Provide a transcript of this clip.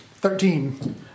Thirteen